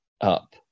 up